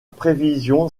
prévision